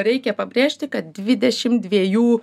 reikia pabrėžti kad dvidešim dviejų